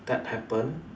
that happened